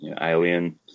alien